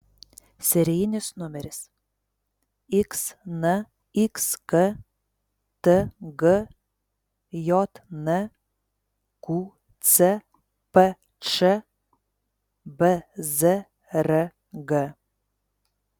serijinis numeris xnxk tgjn qcpč bzrg